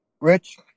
Rich